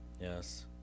Yes